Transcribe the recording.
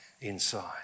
inside